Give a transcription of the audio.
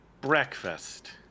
breakfast